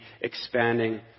expanding